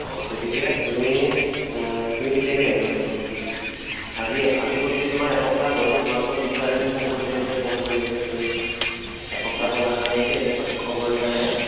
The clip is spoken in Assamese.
অঁ গতিকে তুমি তুমি কেতিয়াকৈ আহিবা স্কুল আজি আজিৰ সৈতে তোমাৰ এসপ্তাহ হ'ল তোমালোকৰ টিচাৰেও মোক কৈছেহি যে ফোন কৰিবলৈ তুমি এসপ্তাহ হ'ল অহা নাইকিয়া একো কাকো খবৰ দিয়া নাই